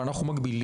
אבל אנחנו מגבילים,